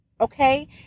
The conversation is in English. Okay